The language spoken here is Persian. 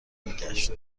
میگشت